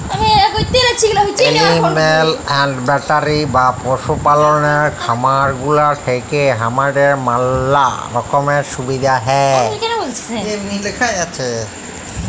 animal husbandry বা পশু পাললের খামার গুলা থেক্যে হামাদের ম্যালা রকমের সুবিধা হ্যয়